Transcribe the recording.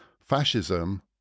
Fascism